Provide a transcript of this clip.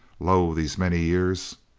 lo, these many years